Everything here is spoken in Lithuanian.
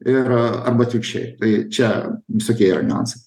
ir arba atvirkščiai tai čia visokie yra niuansai